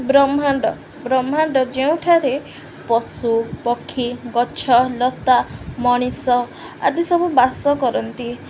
ବ୍ରହ୍ମାଣ୍ଡ ବ୍ରହ୍ମାଣ୍ଡ ଯେଉଁଠାରେ ପଶୁ ପକ୍ଷୀ ଗଛ ଲତା ମଣିଷ ଆଦି ସବୁ ବାସ କରନ୍ତି